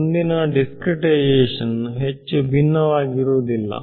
ಮುಂದಿನ ದಿಸ್ಕ್ರೇಟೈಸೇಶನ್ ಹೆಚ್ಚು ಭಿನ್ನವಾಗಿರುವುದಿಲ್ಲ